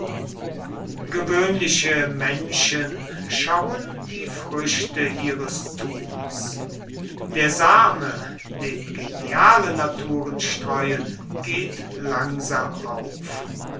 gewöhnliche menschen schauen die früchte ihres tuns der same den geniale naturen streuen geht langsam auf